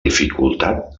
dificultat